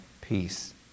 peace